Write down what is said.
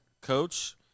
coach